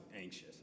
anxious